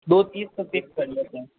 दो तीन कर लेते हैं